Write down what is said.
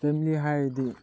family ꯍꯥꯏꯔꯗꯤ